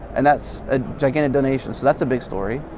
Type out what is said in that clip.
and that's a gigantic donation, so that's a big story.